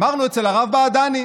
אמרנו: אצל הרב בעדני.